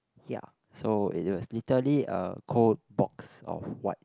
ya so it was literally a cold box of white